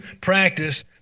practice